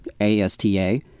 ASTA